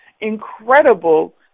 incredible